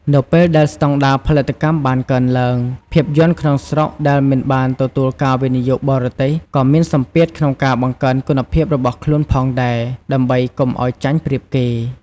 នៅពេលដែលស្តង់ដារផលិតកម្មបានកើនឡើង ភាពយន្តក្នុងស្រុកដែលមិនបានទទួលការវិនិយោគបរទេស ក៏មានសម្ពាធក្នុងការបង្កើនគុណភាពរបស់ខ្លួនផងដែរ ដើម្បីកុំឱ្យចាញ់ប្រៀបគេ។